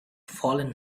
fallen